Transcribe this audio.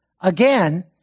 again